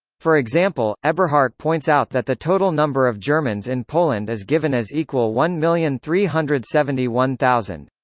for example, eberhardt points out that the total number of germans in poland is given as equal one million three hundred and seventy one thousand.